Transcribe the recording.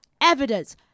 Evidence